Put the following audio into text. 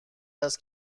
است